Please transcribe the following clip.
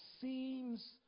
seems